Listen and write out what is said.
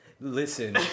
Listen